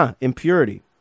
impurity